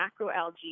macroalgae